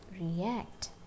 react